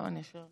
כבוד היושבת